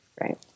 Right